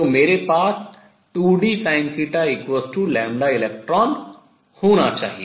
तो मेरे पास 2 d sinθelectrons होना चाहिए